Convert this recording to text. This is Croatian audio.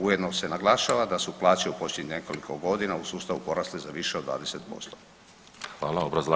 Ujedno se naglašava da su plaće u posljednjih nekoliko godina u sustavu porasle za više od 20%